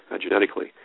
genetically